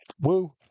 woo